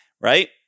right